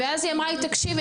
ואז היא אמרה לי: תקשיבי,